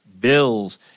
Bills